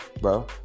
bro